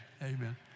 Amen